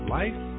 life